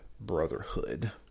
Brotherhood